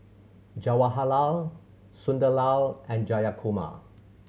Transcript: Jawaharlal Sunderlal and Jayakumar